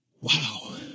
Wow